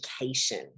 education